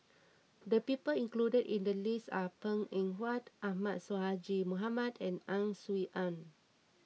the people included in the list are Png Eng Huat Ahmad Sonhadji Mohamad and Ang Swee Aun